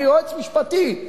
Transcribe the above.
כיועץ משפטי,